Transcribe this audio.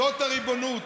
זאת הריבונות,